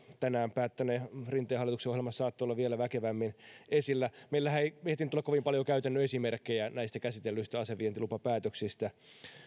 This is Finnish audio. tänään päättäneen rinteen hallituksen ohjelma saattoi olla vielä väkevämmin esillä meillehän ei ehtinyt tulla kovin paljon käytännön esimerkkejä käsitellyistä asevientilupapäätöksistä ja